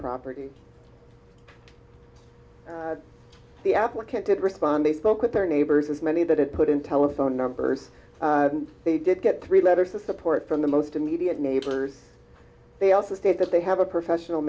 property the applicant did respond they spoke with their neighbors as many that had put in telephone numbers they did get three letters of support from the most immediate neighbors they also state that they have a professional